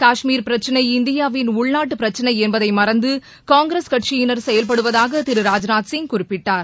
காஷ்மீர் பிரச்சனை இந்தியாவின் உள்நாட்டு பிரச்சனை என்பதை மறந்து காங்கிரஸ் கட்சியினர் செயல்படுவதாக திரு ராஜ்நாத்சிங் குறிப்பிட்டார்